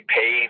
pay